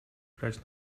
grać